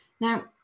Now